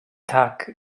tak